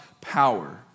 power